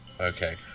Okay